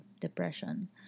depression